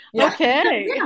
Okay